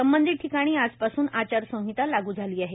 संबंधित ठिकाणी आजपासून आचारसंहिता लागू झाली आहे